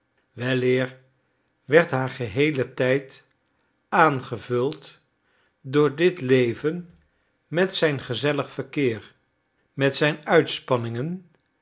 weleer werd haar geheele tijd aangevuld door dit leven met zijn gezellig verkeer met zijn uitspanningen